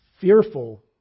fearful